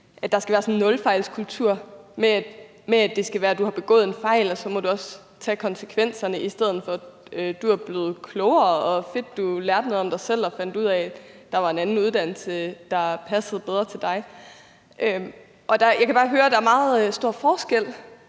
at der skal være sådan en nulfejlskultur med, at du har begået fejl, og at du så også må tage konsekvenserne, i stedet for, at det handler om, at du er blevet klogere, og at det var fedt, at du lærte noget om dig selv og fandt ud af, at der var en anden uddannelse, der passede bedre til dig. Jeg kan bare høre, at der er meget stor forskel